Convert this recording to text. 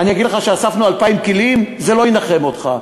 אני אגיד לך שאספנו 2,000 כלים, זה לא ינחם אותך.